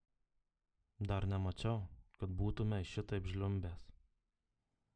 dar nemačiau kad būtumei šitaip žliumbęs